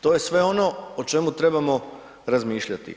To je sve ono o čemu trebamo razmišljati.